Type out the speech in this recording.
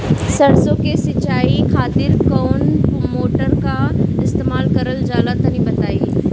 सरसो के सिंचाई खातिर कौन मोटर का इस्तेमाल करल जाला तनि बताई?